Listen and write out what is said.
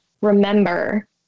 remember